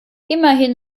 immerhin